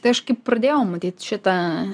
tai aš kai pradėjau matyt šitą